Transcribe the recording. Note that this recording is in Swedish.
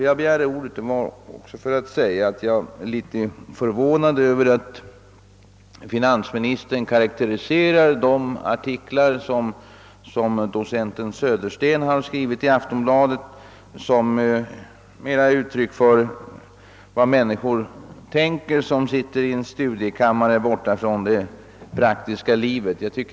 Jag begärde ordet även för att säga, att jag är något förvånad över att finansministern karakteriserar de artiklar som docenten Södersten skrivit i Aftonbladet som ett uttryck för vad de människor tänker som sitter i en studiekammare, avstängda från det praktiska livet.